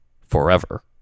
forever